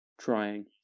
trying